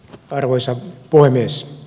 arvoisa puhemies